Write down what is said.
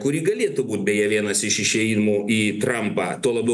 kuri galėtų būt beje vienas iš išėjimų į trampą tuo labiau